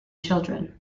children